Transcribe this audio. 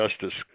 justice